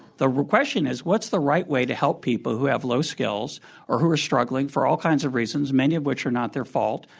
the question is, what's the right way to help people who have low skills or who are struggling for all kinds of reasons, many of which are not their fault?